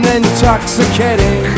intoxicating